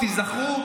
היזכרו,